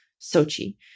Sochi